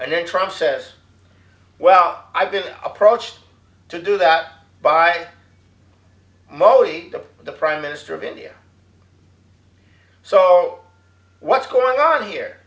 and then trust says well i've been approached to do that by mali the prime minister of india so what's going on here